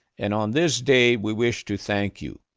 and on this day we wish to thank you.